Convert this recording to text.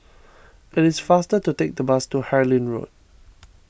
it is faster to take the bus to Harlyn Road